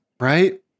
Right